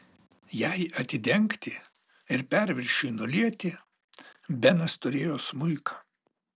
jai atidengti ir perviršiui nulieti benas turėjo smuiką